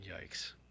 Yikes